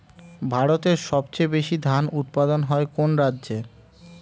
ভারতের সবচেয়ে বেশী ধান উৎপাদন হয় কোন রাজ্যে?